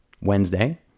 Wednesday